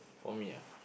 for me ah